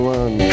one